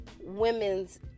women's